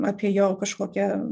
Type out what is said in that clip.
apie jo kažkokią